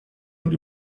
und